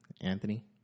Anthony